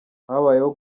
habayeho